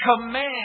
command